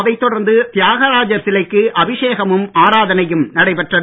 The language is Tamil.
அதைத் தொடர்ந்து தியாகராஜர் சிலைக்கு அபிஷேகமும் ஆராதனையும் நடைபெற்றது